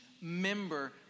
member